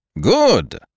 Good